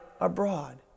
abroad